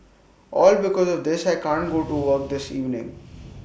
all because of this I can't go to work this morning